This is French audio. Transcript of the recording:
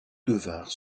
devinrent